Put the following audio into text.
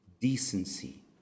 decency